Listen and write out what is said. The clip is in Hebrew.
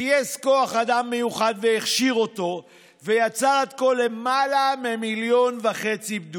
גייס כוח אדם מיוחד והכשיר אותו ויצר עד כה למעלה מ-1.5 מיליון בדיקות.